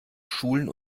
schulen